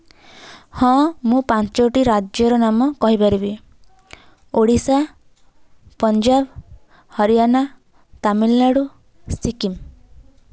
ହଁ ମୁଁ ପାଞ୍ଚୋଟି ରାଜ୍ୟର ନାମ କହିପାରିବି ଓଡ଼ିଶା ପଞ୍ଜାବ ହରିୟାନା ତାମିଲନାଡ଼ୁ ସିକିମ୍